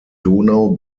donau